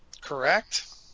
Correct